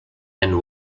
and